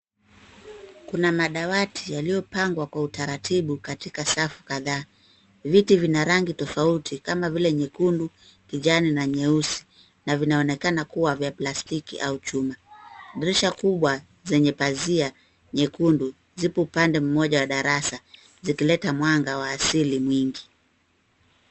Kuna madawati yaliyopangwa kwa utaratibu katika safu kadhaa. Viti vina rangi tofauti kama vile nyekundu, kijani na nyeusi na vinaonekana kuwa vya plastiki au chuma. Dirisha kubwa zenye pazia nyekundu zipo upande mmoja wa darasa. Zikileta mwanga wa asili mwingi.